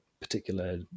particular